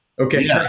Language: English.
Okay